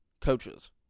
coaches